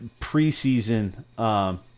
preseason